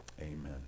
Amen